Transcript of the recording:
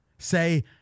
Say